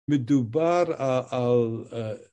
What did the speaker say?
מדובר על